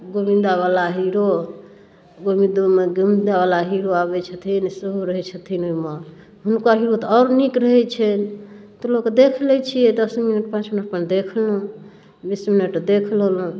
गोबिन्दावला hero Gobind ओइमे गोबिन्दावला hero आबै छथिन सेहो रहै छथिन ओइमे हुनकर हीरो तऽ आओर नीक रहै छनि तऽ लोक देख लै छियै दस मिनट पाँच मिनट अपन देख लेलहुँ बीस मिनट देख लेलहुँ